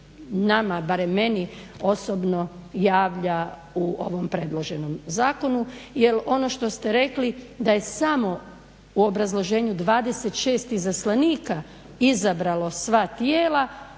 nama, barem meni osobno javlja u ovom predloženom zakonu jel ono što ste rekli, da je samo u obrazloženju 26 izaslanika izabralo sva tijela,